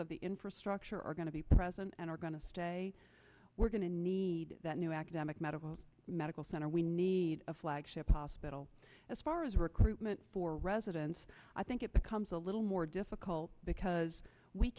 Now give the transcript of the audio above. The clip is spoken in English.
of the infrastructure are going to be present and are going to stay we're going to need that new academic medical medical center we need flagship hospital as far as recruitment for residents i think it becomes a little more difficult because we